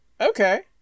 Okay